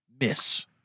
miss